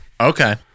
Okay